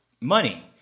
money